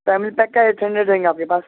family pack کا eight hundred رہیں گا آپ کے پاس